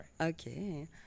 Okay